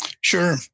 Sure